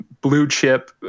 blue-chip